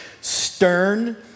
stern